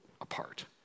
apart